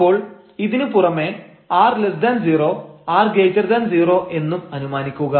അപ്പോൾ ഇതിനു പുറമേ r0 r0 എന്നും അനുമാനിക്കുക